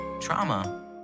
trauma